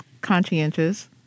conscientious